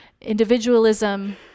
individualism